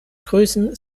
größen